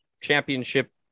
championship